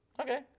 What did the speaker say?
Okay